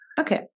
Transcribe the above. okay